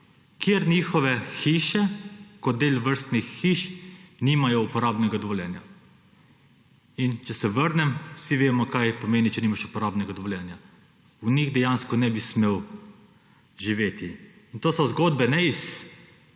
ker njihove hiše kot del vrstnih hiš nimajo uporabnega dovoljenja. In če se vrnem, vsi vemo, kaj pomeni, če nimaš uporabnega dovoljenja: v njih dejansko ne bi smel živeti. In to so zgodbe ne iz